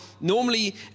normally